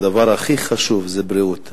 דבר הכי חשוב זה בריאות.